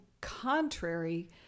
contrary